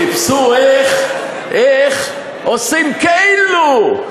חיפשו איך עושים כאילו.